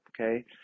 okay